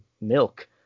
milk